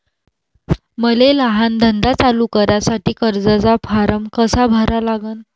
मले लहान धंदा चालू करासाठी कर्जाचा फारम कसा भरा लागन?